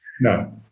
No